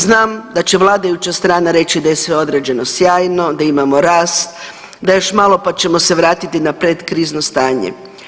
Znam da će vladajuća strana reći da je sve određeno sjajno, da imamo rast, da još malo pa ćemo se vratiti na pred krizno stanje.